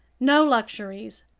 no luxuries.